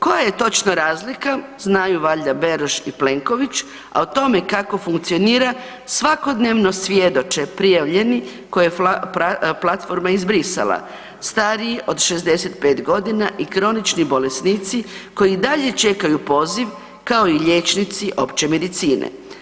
Koja je točno razlika znaju valjda Beroš i Plenković, a o tome kako funkcionira svakodnevno svjedoče prijavljeni koje je platforma izbrisala, stariji od 65 godina i kronični bolesnici koji i dalje čekaju poziv kao i liječnici opće medicine.